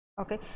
okay